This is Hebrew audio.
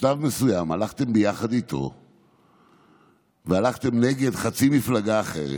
בשלב מסוים הלכתם יחד איתו והלכתם נגד חצי מפלגה אחרת,